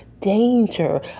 danger